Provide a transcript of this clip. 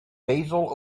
basil